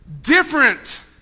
different